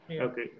Okay